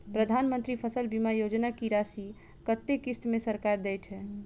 प्रधानमंत्री फसल बीमा योजना की राशि कत्ते किस्त मे सरकार देय छै?